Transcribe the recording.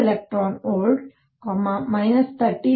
64 eV 13